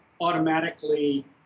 automatically